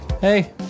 Hey